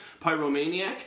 Pyromaniac